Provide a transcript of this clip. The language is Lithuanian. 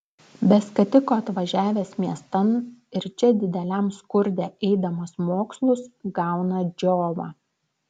be skatiko atvažiavęs miestan ir čia dideliam skurde eidamas mokslus gauna džiovą